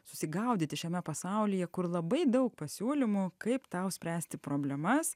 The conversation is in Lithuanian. susigaudyti šiame pasaulyje kur labai daug pasiūlymų kaip tau spręsti problemas